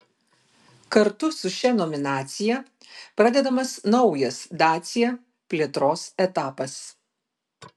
kartu su šia nominacija pradedamas naujas dacia plėtros etapas